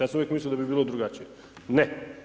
Ja sam uvijek mislio da bi bilo drugačije, ne.